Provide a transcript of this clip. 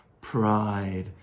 pride